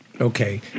Okay